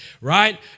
right